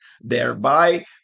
thereby